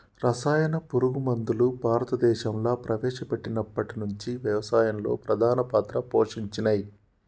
రసాయన పురుగు మందులు భారతదేశంలా ప్రవేశపెట్టినప్పటి నుంచి వ్యవసాయంలో ప్రధాన పాత్ర పోషించినయ్